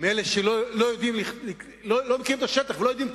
מאלה שלא מכירים את השטח ולא יודעים כלום.